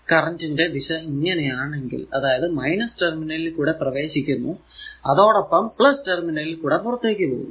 current ന്റെ ദിശ ഇങ്ങനെ ആണെങ്കിൽ അതായതു ടെർമിനലിൽ കൂടെ പ്രവേശിക്കുന്നു അതോടൊപ്പം ടെർമിനലിൽ കൂടെ പുറത്തേക്കു പോകുന്നു